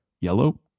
yellow